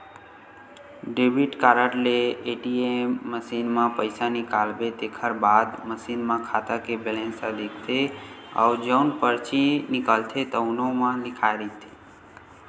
debit card ले ATM machine म पइसा निकालबे तेखर बाद मसीन म खाता के बेलेंस ह दिखथे अउ जउन परची निकलथे तउनो म लिखाए रहिथे